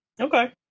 Okay